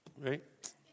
Right